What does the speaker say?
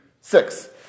six